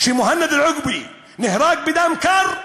שמוהנד אל-עוקבי נהרג בדם קר,